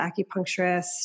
acupuncturist